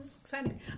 Excited